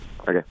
Okay